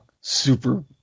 super